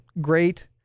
great